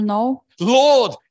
Lord